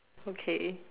okay